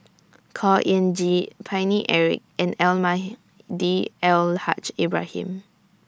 Khor Ean Ghee Paine Eric and Almahdi Al Haj Ibrahim